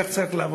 כך צריך לעבוד.